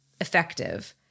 effective